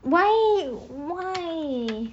why why